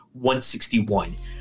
161